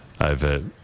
over